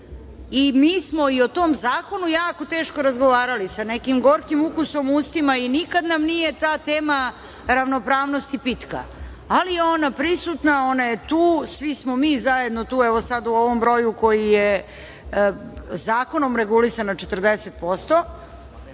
Mi smo i o tom zakonu jako teško razgovarali, sa nekim gorkim ukusom u ustima i nikada nam nije ta tema ravnopravnosti pitka, ali je ona prisutna, ona je tu, svi smo mi zajedno tu, evo sada u ovom broju koji je zakonom regulisana 40%,